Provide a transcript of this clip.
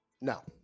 No